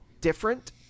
different